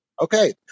Okay